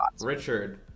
Richard